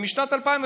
ובשנת 2015,